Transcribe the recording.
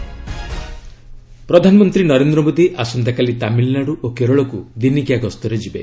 PM visit ପ୍ରଧାନମନ୍ତ୍ରୀ ନରେନ୍ଦ୍ର ମୋଦୀ ଆସନ୍ତାକାଲି ତାମିଲନାଡୁ ଓ କେରଳକୁ ଦିନିକିଆ ଗସ୍ତରେ ଯିବେ